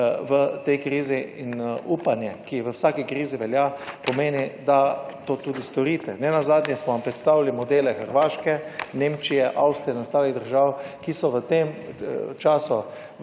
v tej krizi in upanje, ki v vsaki krizi velja, pomeni, da to tudi storite. Nenazadnje smo vam predstavili modele Hrvaške, Nemčije, Avstrije in ostalih držav, ki so v tem času